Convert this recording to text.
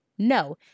No